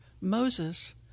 Moses